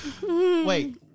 wait